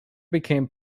became